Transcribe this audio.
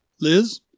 Liz